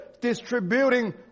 distributing